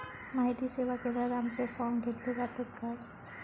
माहिती सेवा केंद्रात आमचे फॉर्म घेतले जातात काय?